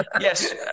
yes